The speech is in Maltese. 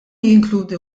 jinkludi